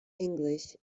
english